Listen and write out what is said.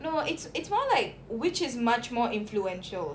no it's it's more like which is much more influential